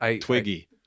Twiggy